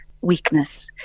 weakness